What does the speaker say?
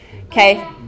Okay